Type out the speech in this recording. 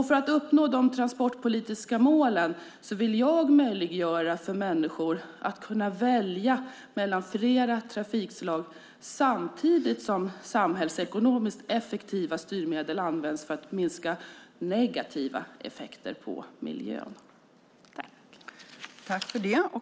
För att uppnå de transportpolitiska målen vill jag möjliggöra för människor att välja mellan flera trafikslag samtidigt som samhällsekonomiskt effektiva styrmedel används för att minska negativa effekter på miljön. Då Leif Pettersson, som framställt interpellation 2010/11:29, anmält att han var förhindrad att närvara vid sammanträdet medgav förste vice talmannen att Isak From fick ta emot svaret även på denna interpellation.